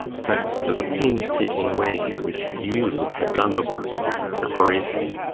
thanks to the painstaking way in which you had done the work of preparation.